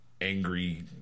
angry